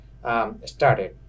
Started